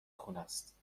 خونست